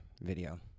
video